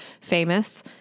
famous